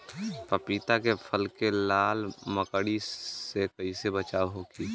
पपीता के फल के लाल मकड़ी से कइसे बचाव होखि?